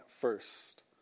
first